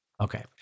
Okay